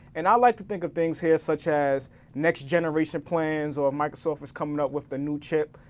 and i like to think of things here such as next generation plans or microsoft is coming up with a new chip,